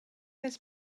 this